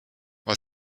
war